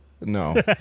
No